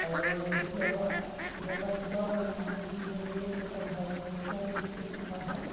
আৰু কেতিয়াবা কেতিয়াবা এনেকুৱাও হয় যে মানুহ বেছি হৈ গ'লে কেতিয়াবা এঘাৰজনতকৈও আমি বেছিকৈ খেলোৱা হয়